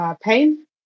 pain